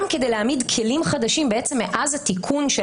גם כדי להעמיד כלים חדשים מאז התיקון של